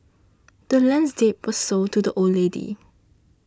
the land's deed was sold to the old lady